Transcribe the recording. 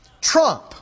trump